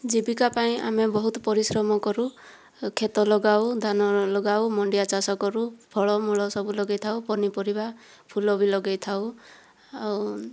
ଜୀବିକା ପାଇଁ ଆମେ ବହୁତ ପରିଶ୍ରମ କରୁ କ୍ଷେତ ଲଗାଉ ଧାନ ଲଗାଉ ମାଣ୍ଡିଆ ଚାଷ କରୁ ଫଳମୂଳ ସବୁ ଲଗାଇଥାଉ ପନିପରିବା ଫୁଲ ବି ଲଗାଇଥାଉ ଆଉ